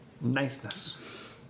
niceness